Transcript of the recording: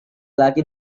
laki